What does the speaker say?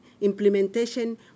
implementation